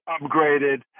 upgraded